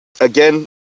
again